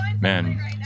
man